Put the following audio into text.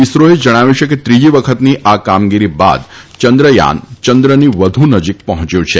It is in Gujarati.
ઇસરોએ જણાવ્યું છે કે ત્રીજી વખતની આ કામગીરી બાદ ચંદ્રયાન ચંદ્રની વધુ નજીક પહોંચ્યું છે